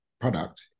product